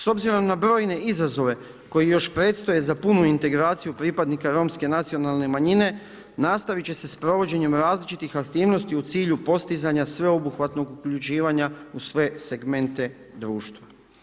S obzirom na brojne izazove, koje još predstoje za punu integraciju pripadnika Romske nacionalne manjine, nastaviti će se s provođenjem različitih aktivnosti u cilju postizanja sveobuhvatnog uključivanja u sve segmente društva.